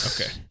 Okay